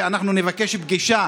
ואנחנו נבקש פגישה